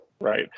right